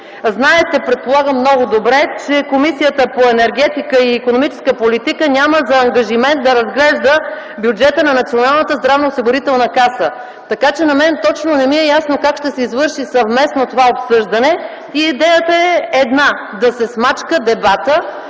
Знаете, предполагам, много добре, че Комисията по икономическата политика, енергетика и туризъм няма за ангажимент да разглежда бюджета на Националната здравноосигурителна каса. Така че на мен не ми е ясно как точно ще се извърши съвместно това обсъждане. Идеята е една - да се смачка дебатът,